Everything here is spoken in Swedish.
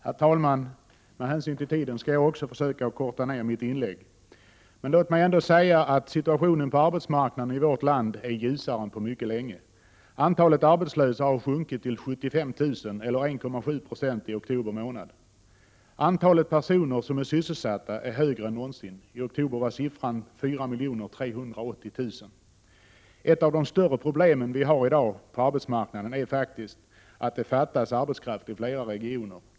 Herr talman! Med hänsyn till den sena timmen skall jag också förkorta mitt inlägg. Situationen på arbetsmarknaden i vårt land är ljusare än på mycket länge. Antalet arbetslösa har sjunkit till 75 000 eller 1,7 20 i oktober månad. Antalet personer som är sysselsatta är större än någonsin. I oktober var siffran 4 380 000. Ett av de större problemen vi har i dag på arbetsmarknaden är faktiskt att det fattas arbetskraft i flera regioner.